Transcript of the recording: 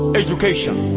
education